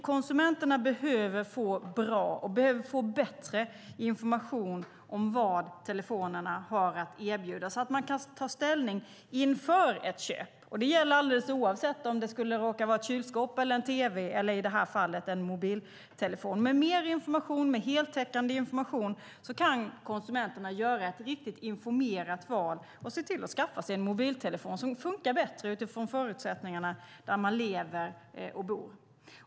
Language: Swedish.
Konsumenterna behöver få bättre information om vad telefonerna har att erbjuda så att de kan ta ställning inför ett köp. Det gäller alldeles oavsett om det skulle råka vara ett kylskåp, en tv eller i det här fallet en mobiltelefon. Med mer heltäckande information kan konsumenterna göra ett riktigt informerat val och se till att skaffa sig en mobiltelefon som funkar bättre utifrån förutsättningarna där de lever och bor.